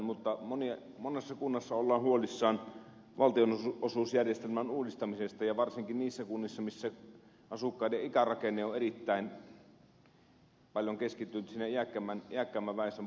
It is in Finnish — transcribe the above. mutta monessa kunnassa ollaan huolissaan valtionosuusjärjestelmän uudistamisesta ja varsinkin niissä kunnissa missä asukkaiden ikärakenne on erittäin paljon keskittynyt sinne iäkkäämmän väestön puolelle